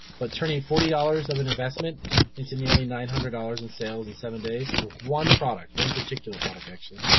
but turning forty dollars of an investment into nearly nine hundred dollars in sales in seven days for one product, one particular product actually,